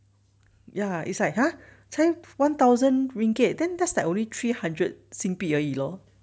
ya it's like !huh! 才 one thousand ringgit then that's the only three hundred 新币而已 lor